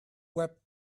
web